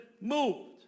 moved